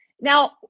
Now